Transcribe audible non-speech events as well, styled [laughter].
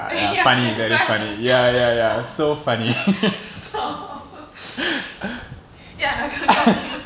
ya that's what I thought [laughs] stop [laughs] ya I can't